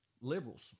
Liberals